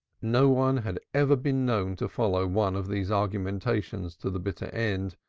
no one had ever been known to follow one of these argumentations to the bitter end.